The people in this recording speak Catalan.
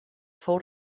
fou